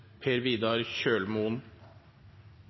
Per Vidar Kjølmoen